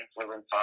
influence